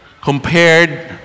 compared